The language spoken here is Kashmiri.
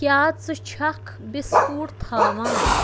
کیٛاہ ژٕ چھَکھ بِسکوٗٹ تھاوان